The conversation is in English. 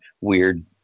weird –